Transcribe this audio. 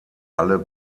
alle